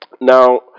Now